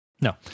No